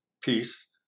peace